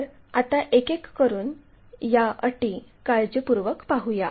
तर आता एक एक करून या अटी काळजीपूर्वक पाहूया